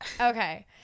Okay